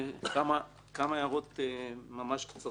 כמה הערות קצרות ממש.